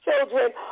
children